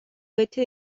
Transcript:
oeste